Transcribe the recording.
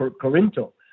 Corinto